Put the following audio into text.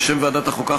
בשם ועדת החוקה,